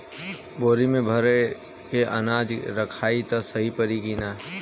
बोरी में भर के अनाज रखायी त सही परी की ना?